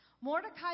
Mordecai